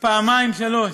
פעמיים-שלוש.